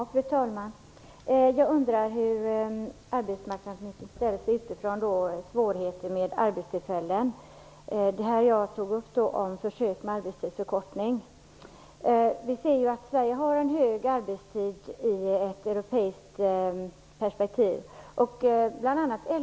Fru talman! Jag undrar hur arbetsmarknadsministern med tanke på svårigheterna att skapa arbetstillfällen ställer sig till den av mig upptagna frågan om försök med arbetstidsförkortning. Sverige har i ett europeiskt perspektiv en lång arbetstid.